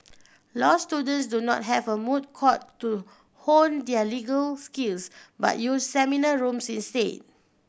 law students do not have a moot court to hone their legal skills but use seminar rooms instead